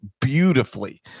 beautifully